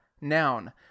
noun